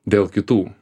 dėl kitų